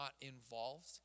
involved